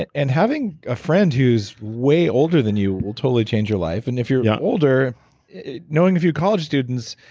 and and having a friend who's way older than you will totally change your life. and if you're yeah older knowing a few college students,